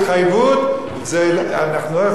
אנחנו לא יכולים להיות כל כך רגועים,